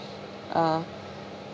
uh